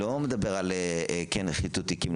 לא מדבר על כן חיטוט תיקים,